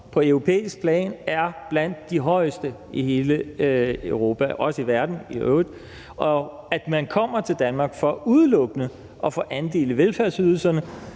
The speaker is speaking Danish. på europæisk plan er blandt de højeste i hele Europa – og i øvrigt også i verden – og at man altså kommer til Danmark for udelukkende at få andel i velfærdsydelserne